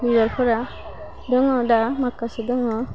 बिबारफोरा दङ दा माखासे दङ